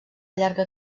llarga